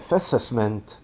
assessment